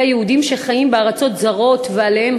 שיהודים שחיים בארצות זרות וחלה עליהם